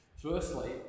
Firstly